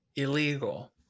Illegal